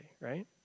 right